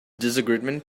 disagreement